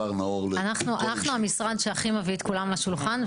אנחנו המשרד שהכי מביא את כולם לשולחן,